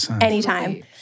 anytime